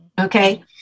okay